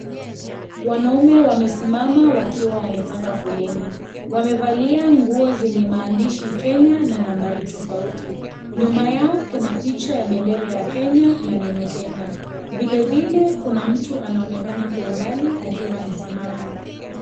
Wanaume wamesimama wakiwa wamepanga foleni wamevalia nguo zenye maandishi Kenya na nambari tofauti. nyuma yao kuna picha ya bendera ya Kenya na neno Kenya. vile vile kuna mtu anaonekana kwa umbali akiwa amesimama.